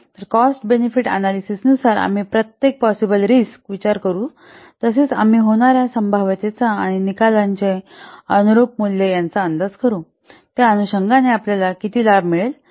तर cost benefit अनालिसिसनुसार आम्ही प्रत्येक पॉसिबल रिस्कचा विचार करू तसेच आम्ही होणार्या संभाव्यतेचा आणि त्या निकालाचे अनुरुप मूल्य याचा अंदाज करू त्या अनुषंगाने आपल्याला किती लाभ मिळेल